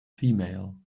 female